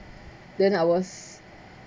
then I was